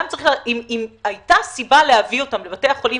אם הייתה סיבה להביא אותם לבתי החולים